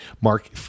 mark